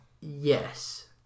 yes